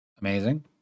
amazing